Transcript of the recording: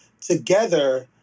together